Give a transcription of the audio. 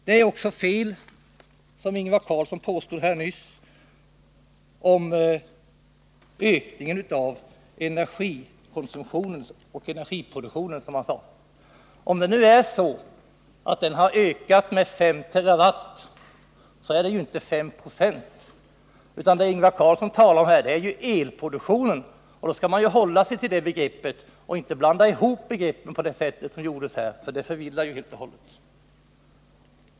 Det är också fel vad Ingvar Carlsson påstod här nyss om ökningen.av energikonsumtionen och energiproduktionen. Om konsumtionen har ökat med 5 TWh så är det ju inte 5 26 av energiproduktionen, utan det Ingvar Carlsson talar om är elproduktionen. Man får inte blanda ihop begreppen på det sätt som han gjorde, för då förvillar man ju folk helt och hållet.